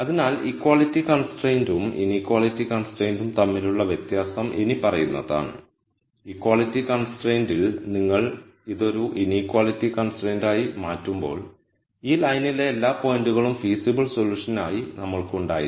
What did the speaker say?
അതിനാൽ ഇക്വാളിറ്റി കൺസ്ട്രയിന്റ്യും ഇനീക്വാളിറ്റി കൺസ്ട്രയിന്റ്യും തമ്മിലുള്ള വ്യത്യാസം ഇനിപ്പറയുന്നതാണ് ഇക്വാളിറ്റി കൺസ്ട്രയിന്റ്യിൽ നിങ്ങൾ ഇത് ഒരു ഇനീക്വാളിറ്റി കൺസ്ട്രയിന്റ്യായി മാറ്റുമ്പോൾ ഈ ലൈനിലെ എല്ലാ പോയിന്റുകളും ഫീസിബ്ൾ സൊല്യൂഷൻ ആയി നമ്മൾക്കുണ്ടായിരുന്നു